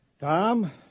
Tom